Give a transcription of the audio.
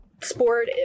sport